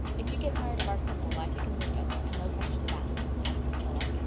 if you get tired of our simple life you can leave us, and no questions asked, added priscilla.